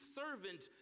servant